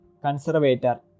Conservator